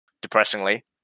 depressingly